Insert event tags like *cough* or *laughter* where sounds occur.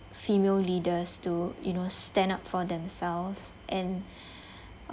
female leaders to you know stand up for themselves and *breath*